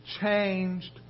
changed